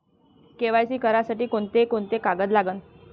KYC करासाठी कोंते कोंते कागद लागन?